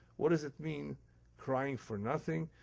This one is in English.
what does it mean crying for nothing?